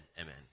amen